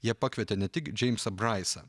jie pakvietė ne tik džeimsą braisą